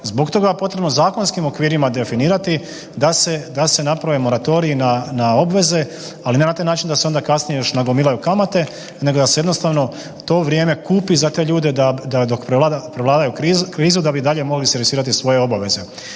Zbog toga je potrebno zakonskim okvirima definirati da se naprave moratoriji na obveze, ali ne na taj način da se onda kasnije još nagomilaju kamate, nego da se jednostavno to vrijeme kupi za te ljude, da dok prevladaju krizu, da bi dalje mogli servisirati svoje obaveze.